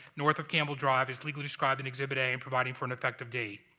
north of campbell drive, as legally described in exhibit a and providing for an effective date.